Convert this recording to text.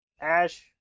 Ash